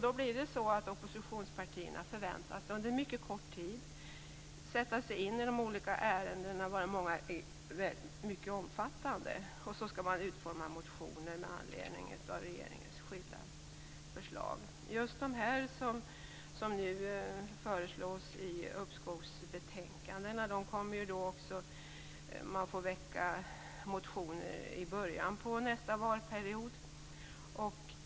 Då blir det så att oppositionspartierna förväntas på mycket kort tid sätta sig in i de olika ärendena, varav många är mycket omfattande. Motioner skall sedan utformas med anledning av regeringens skilda förslag. När det gäller just de som tas upp i uppskovsbetänkandena kommer man att få väcka motioner i början av nästa valperiod.